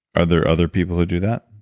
are there other people who do that?